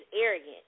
arrogant